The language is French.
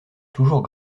toujours